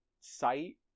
site